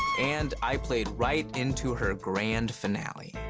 and i played right into her grand finale.